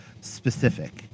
specific